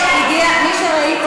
יכתבו שמות.